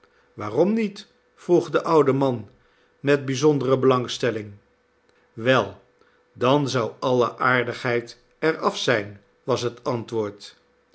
waarom niet vroeg de oude man met bijzondere belangstelling wei dan zou alle aardigheid er af zijn was het antwoord